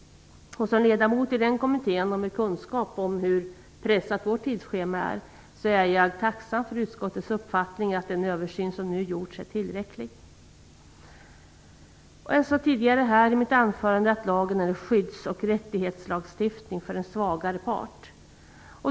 Som ledamot i den kommittén och med kunskap om hur pressat vårt tidsschema är, så är jag tacksam för utskottets uppfattning att den översyn som nu gjorts är tillräcklig. Jag sade tidigare i mitt anförande att lagen är en skydds och rättighetslagstiftning för en svagare part.